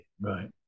right